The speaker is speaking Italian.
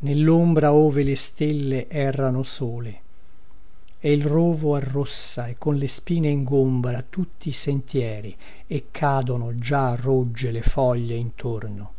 nellombra ove le stelle errano sole e il rovo arrossa e con le spine ingombra tutti i sentieri e cadono già roggie le foglie intorno